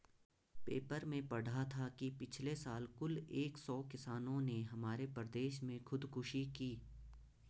paper में पढ़ा था कि पिछले साल कुल एक सौ किसानों ने हमारे प्रदेश में खुदकुशी की